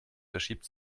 verschiebt